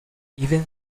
even